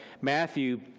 Matthew